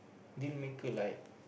dealmaker like